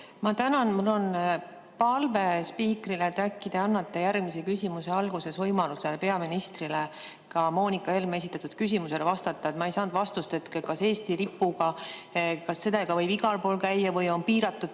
Ma tänan! Mul on palve spiikrile, et äkki te annate järgmise küsimuse alguses võimaluse peaministrile ka Moonika Helme esitatud küsimusele vastata. Ma ei saanud vastust, kas Eesti lipuga võib igal pool käia või on